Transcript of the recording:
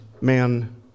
man